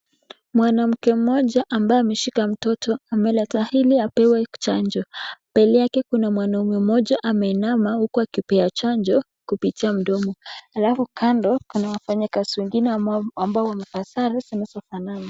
Mwanamke mmoja ambaye ameshika mtoto amemleta ili apewe chanjo, mbele yake kuna mwanaume mmoja ameinama hukua akipea chanjo kupitia mdomo alafu kando kuna wafanyi kazi wengine wamevaa sare ambazo zinafwanana.